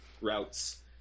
routes